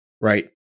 right